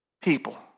People